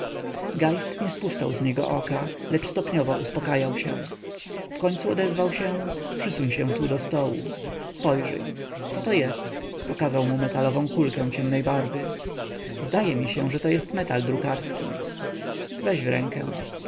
własnych geist nie spuszczał z niego oka lecz stopniowo uspakajał się wkońcu odezwał się przysuń się tu do stołu spojrzyj co to jest pokazał mu metalową kulkę ciemnej barwy zdaje mi się że to jest metal drukarski weź w rękę